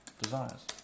desires